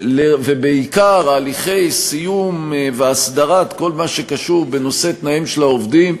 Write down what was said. ובעיקר הליכי סיום והסדרת כל מה שקשור בנושא תנאיהם של העובדים,